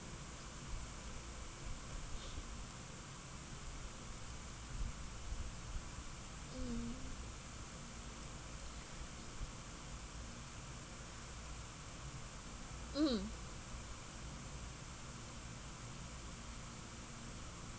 mm mm